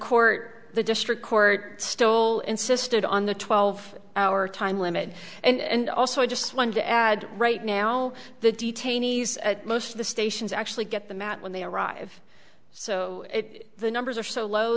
court the district court still insisted on the twelve hour time limit and also i just wanted to add right now the detainees at most of the stations actually get the mat when they arrive so the numbers are so low